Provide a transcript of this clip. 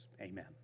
Amen